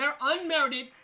unmerited